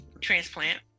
transplant